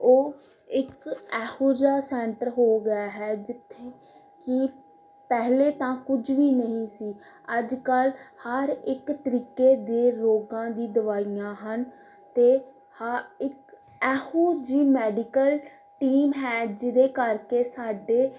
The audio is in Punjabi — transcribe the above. ਉਹ ਇੱਕ ਇਹੋ ਜਿਹਾ ਸੈਂਟਰ ਹੋ ਗਿਆ ਹੈ ਜਿੱਥੇ ਕਿ ਪਹਿਲੇ ਤਾਂ ਕੁਝ ਵੀ ਨਹੀਂ ਸੀ ਅੱਜ ਕੱਲ ਹਰ ਇੱਕ ਤਰੀਕੇ ਦੇ ਰੋਗਾਂ ਦੀ ਦਵਾਈਆਂ ਹਨ ਅਤੇ ਹ ਇੱਕ ਇੱਹੋ ਜਿਹੀ ਮੈਡੀਕਲ ਟੀਮ ਹੈ ਜਿਹਦੇ ਕਰਕੇ ਸਾਡੇ